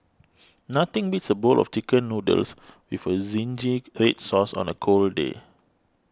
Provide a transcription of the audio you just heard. nothing beats a bowl of Chicken Noodles with Zingy Red Sauce on a cold day